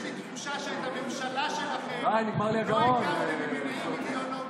יש לי תחושה שאת הממשלה שלכם לא הקמתם ממניעים אידיאולוגיים.